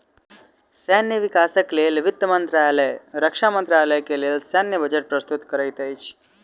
सैन्य विकासक लेल वित्त मंत्रालय रक्षा मंत्रालय के लेल सैन्य बजट प्रस्तुत करैत अछि